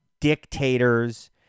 dictators